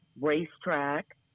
racetrack